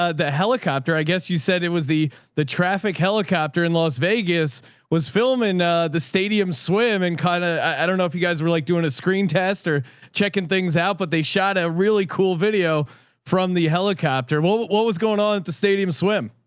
ah the helicopter, i guess you said it was the the traffic helicopter in las vegas was filming the stadium swim and kind of, i dunno if you guys were like doing a screen test or checking things out, but they shot a really cool video from the helicopter. well, what what was going on at the stadium swim?